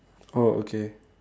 oh okay